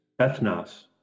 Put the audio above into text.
ethnos